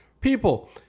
People